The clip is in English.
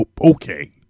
okay